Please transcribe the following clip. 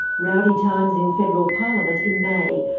rowdy times in federal parliament in may,